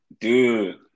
Dude